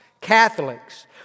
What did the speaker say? Catholics